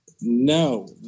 no